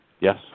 Yes